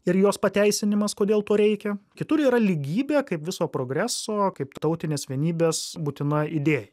ir jos pateisinimas kodėl to reikia kitur yra lygybė kaip viso progreso kaip tautinės vienybės būtina idėja